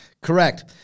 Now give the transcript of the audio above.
Correct